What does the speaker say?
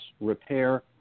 repair